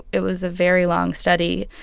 it was a very long study.